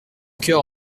coeur